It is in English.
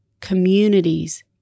Communities